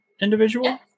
individual